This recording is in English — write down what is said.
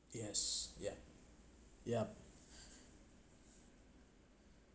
yes yup yup